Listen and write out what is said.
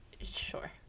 sure